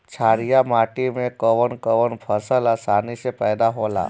छारिया माटी मे कवन कवन फसल आसानी से पैदा होला?